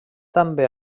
també